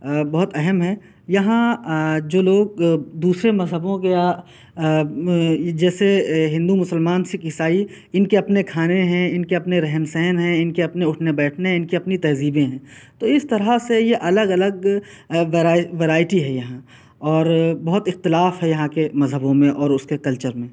بہت اہم ہے یہاں جو لوگ دوسرے مذہبوں کے یا جیسے ہندو مسلمان سکھ عیسائی ان کے اپنے کھانے ہیں ان کے اپنے رہن سہن ہیں ان کے اپنے اٹھنے بیٹھنے ہیں ان کے اپنی تہذیبیں ہیں تو اس طرح سے یہ الگ الگ ورائے ورائٹی ہے یہاں اور بہت اختلاف ہے یہاں کے مذہبوں میں اور اس کے کلچر میں